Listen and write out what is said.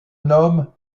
nomme